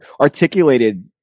articulated